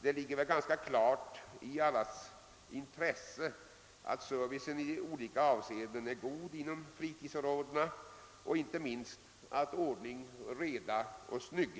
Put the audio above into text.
Det ligger väl i allas intresse att servicen i skilda hänseenden är god inom fritidsområdena, att där råder ordning och att där är snyggt.